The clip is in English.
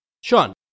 Sean